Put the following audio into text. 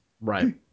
right